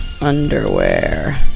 Underwear